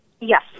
Yes